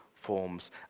Forms